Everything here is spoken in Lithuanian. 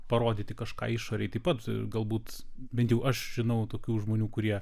parodyti kažką išorėj taip pat galbūt bent jau aš žinau tokių žmonių kurie